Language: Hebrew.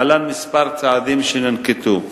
להלן כמה צעדים שננקטו: